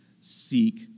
seek